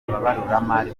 ababaruramari